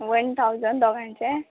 one thousand दोगांयचें